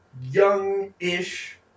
young-ish